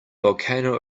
volcano